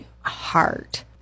heart